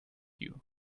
you